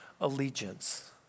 allegiance